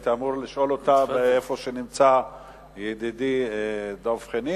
הייתי אמור לשאול אותה מהמקום שבו נמצא ידידי דב חנין,